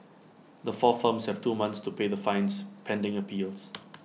the four firms have two months to pay the fines pending appeals